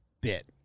bit